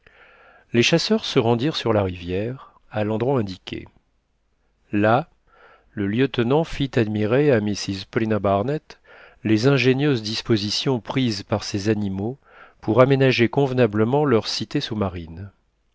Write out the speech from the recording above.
les chasseurs se rendirent sur la rivière à l'endroit indiqué là le lieutenant fit admirer à mrs paulina barnett les ingénieuses dispositions prises par ces animaux pour aménager convenablement leur cité sous-marine